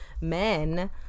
men